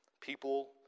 People